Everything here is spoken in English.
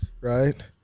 right